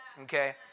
Okay